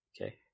Okay